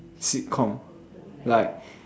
sitcom like